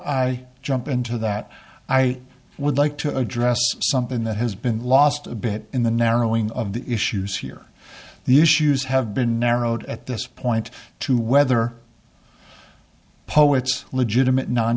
i jump into that i would like to address something that has been lost a bit in the narrowing of the issues here the issues have been narrowed at this point to whether poets legitimate non